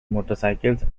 motorcycles